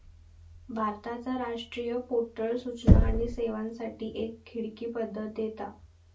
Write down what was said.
भारताचा राष्ट्रीय पोर्टल सूचना आणि सेवांसाठी एक खिडकी पद्धत देता